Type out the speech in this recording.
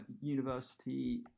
university